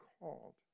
called